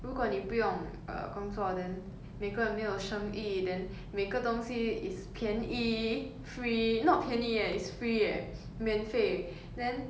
如果你不用 uh 工作 then 每个人没有生意 then 每个东西 is 便宜 free not 便宜 eh is free eh 免费 then